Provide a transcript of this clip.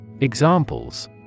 Examples